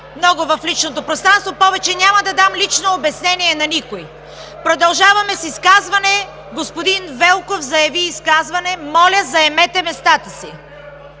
много в личното пространство. Повече няма да дам лично обяснение на никого! Продължаваме с изказвания. Господин Велков заяви изказване. Моля, заемете местата си!